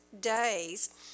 days